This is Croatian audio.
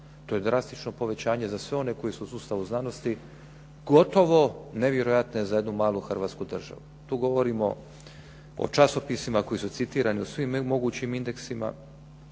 To je drastično povećanje za sve one koji su u sustavu znanosti gotovo nevjerojatno za jednu malu Hrvatsku državu. Tu govorimo o časopisima koji su citirani u svim mogućim indeksima,